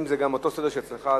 ואם זה אותו סדר שאצלך,